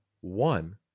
One